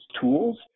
tools